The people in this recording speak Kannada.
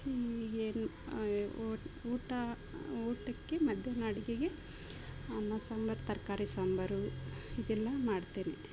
ಹೀಗೆರಿ ಊಟ ಊಟಕ್ಕೆ ಮಧ್ಯಾಹ್ನ ಅಡುಗೆಗೆ ಅನ್ನ ಸಾಂಬಾರು ತರಕಾರಿ ಸಾಂಬಾರು ಇದೆಲ್ಲ ಮಾಡ್ತೀನಿ